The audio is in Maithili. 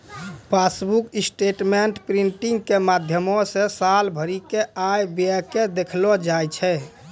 पासबुक स्टेटमेंट प्रिंटिंग के माध्यमो से साल भरि के आय व्यय के देखलो जाय छै